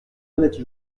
honnêtes